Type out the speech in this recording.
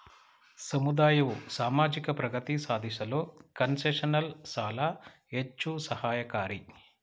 ಸಮುದಾಯವು ಸಾಮಾಜಿಕ ಪ್ರಗತಿ ಸಾಧಿಸಲು ಕನ್ಸೆಷನಲ್ ಸಾಲ ಹೆಚ್ಚು ಸಹಾಯಕಾರಿ